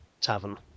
tavern